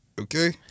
Okay